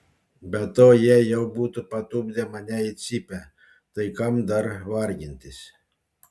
be to jie jau būtų patupdę mane į cypę tai kam dar vargintis